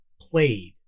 played